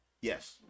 Yes